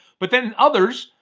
but then others,